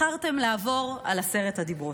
בחרתם לעבור על עשרת הדיברות,